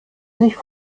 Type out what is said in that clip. sich